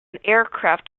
aircraft